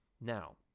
Now